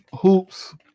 hoops